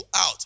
out